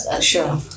sure